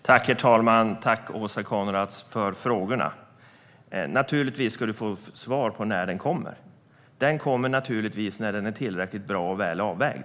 Herr talman! Tack, Åsa Coenraads, för frågorna! Naturligtvis ska du få svar på frågan när det kommer en proposition. Den kommer när den är tillräckligt bra och väl avvägd.